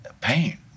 pain